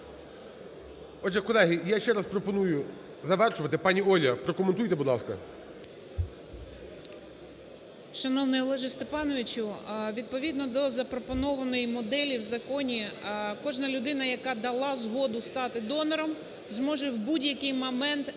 Отже, колеги, я ще раз пропоную завершувати. Пані Ольга, прокоментуйте, будь ласка. 10:25:07 БОГОМОЛЕЦЬ О.В. ШановнийОлеже Степановичу! Відповідно до запропонованої моделі в законі кожна людина, яка дала згоду стати донором, зможе в будь-який момент відмовитися